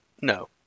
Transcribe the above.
No